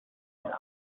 رقصم